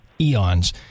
eons